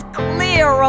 clear